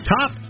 Top